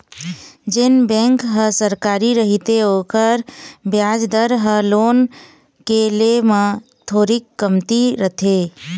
जेन बेंक ह सरकारी रहिथे ओखर बियाज दर ह लोन के ले म थोरीक कमती रथे